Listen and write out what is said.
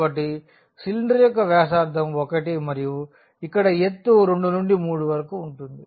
కాబట్టి సిలిండర్ యొక్క వ్యాసార్థం 1 మరియు ఇక్కడ ఎత్తు 2 నుండి 3 వరకు ఉంటుంది